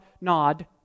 Nod